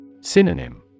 Synonym